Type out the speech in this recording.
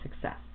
success